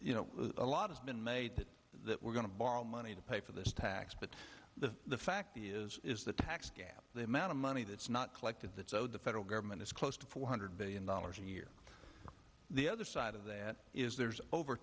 you know a lot has been made that we're going to borrow money to pay for this tax but the fact is is the tax gap the amount of money that's not collected that so the federal government is close to four hundred billion dollars a year the other side of that is there's over